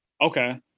Okay